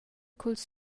culs